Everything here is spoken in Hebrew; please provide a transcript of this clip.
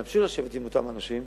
להמשיך לשבת עם אותם אנשים,